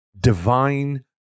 divine